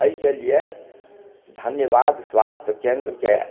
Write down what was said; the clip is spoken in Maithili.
अइके लिए धन्यवाद स्वास्थ्य केन्द्रके